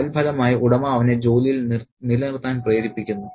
തൽഫലമായി ഉടമ അവനെ ജോലിയിൽ നിലനിർത്താൻ പ്രേരിപ്പിക്കുന്നു